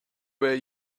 way